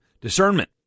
Discernment